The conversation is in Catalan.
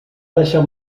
deixar